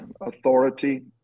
Authority